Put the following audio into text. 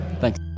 thanks